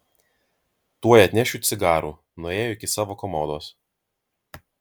tuoj atnešiu cigarų nuėjo iki savo komodos